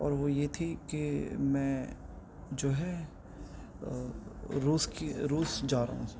اور وہ یہ تھی کہ میں جو ہے روس کی روس جا رہا ہوں